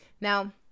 Now